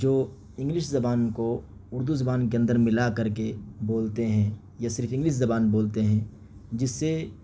جو انگلش زبان کو اُردو زبان کے اندر ملا کر کے بولتے ہیں یا صرف انگلش زبان بولتے ہیں جس سے